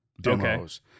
demos